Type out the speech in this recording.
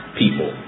people